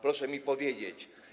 Proszę mi powiedzieć.